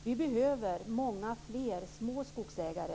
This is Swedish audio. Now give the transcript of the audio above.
Det behövs många fler små skogsägare.